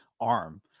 arm